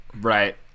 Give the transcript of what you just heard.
Right